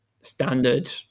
standard